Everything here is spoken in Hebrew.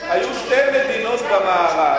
בשנה האחרונה היו שתי מדינות במערב,